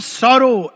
sorrow